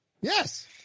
Yes